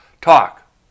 talk